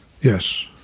Yes